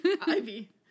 Ivy